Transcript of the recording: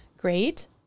great